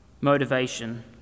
motivation